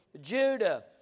Judah